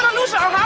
lose our